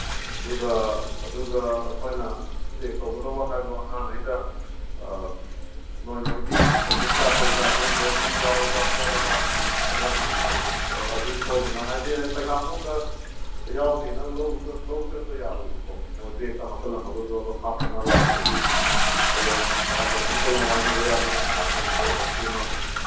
ꯑꯗꯨꯒ ꯑꯗꯨꯒ ꯑꯩꯈꯣꯏꯅ ꯆꯦꯛ ꯇꯧꯒꯗꯕ ꯍꯥꯏꯕꯨ ꯑꯉꯥꯡꯒꯩꯗ ꯅꯣꯏ ꯅꯣꯏꯒꯤ ꯑꯦꯠꯃꯤꯠ ꯀꯥꯔꯠ ꯀꯩꯀꯥꯗꯣ ꯂꯣꯏꯃꯛ ꯌꯥꯎꯔꯕ꯭ꯔꯥ ꯈꯣꯠꯂꯕ꯭ꯔꯥ ꯑꯗꯨ ꯍꯥꯟꯅ ꯑꯗꯨ ꯁꯣꯏꯗꯅ ꯍꯥꯏꯗꯤ ꯍꯌꯦꯡ ꯄꯩꯈꯥ ꯃꯅꯨꯡꯗ ꯌꯥꯎꯗꯦꯅ ꯂꯧ ꯆꯠꯄ ꯌꯥꯔꯣꯏꯕꯀꯣ ꯃꯣꯏ ꯕꯦꯛꯇ ꯍꯥꯞꯆꯜꯂꯝꯒꯁꯨ ꯑꯗꯨ ꯍꯥꯞꯇꯅꯕ ꯑꯗꯒꯤ ꯀꯣꯂꯣꯝ ꯄꯦꯟꯁꯤꯜ ꯀꯣꯂꯣꯝ ꯋꯥꯏꯅꯕ ꯌꯥꯗꯦ ꯃꯁꯥ ꯃꯁꯥꯒꯤ ꯂꯣꯏꯅ ꯁꯨꯅ